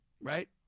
right